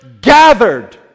gathered